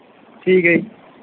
ਠੀਕ ਹੈ ਜੀ